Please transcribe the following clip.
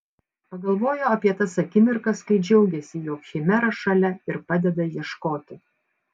pagalvojo apie tas akimirkas kai džiaugėsi jog chimera šalia ir padeda ieškoti